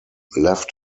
left